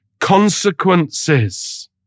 consequences